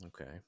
Okay